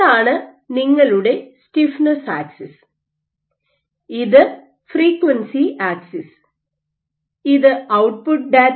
ഇതാണ് നിങ്ങളുടെ stiffness axis ഇത് ഫ്രിക്യുൻസി ആക്സിസ് ഇത് ഔട്ട്പുട്ട് ഡാറ്റ